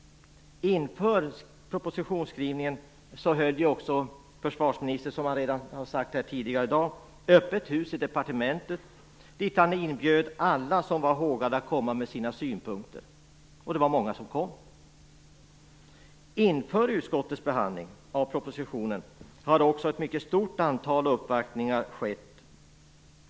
Inför propositionsskrivningen höll försvarsministern - som han här tidigare talade om - ett Öppet hus i departementet dit han inbjöd alla som var hågade att komma med sina synpunkter, och det var många som kom. Inför utskottets behandling av propositionen har också ett mycket stort antal uppvaktningar skett.